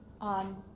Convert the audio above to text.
on